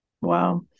Wow